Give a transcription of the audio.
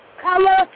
color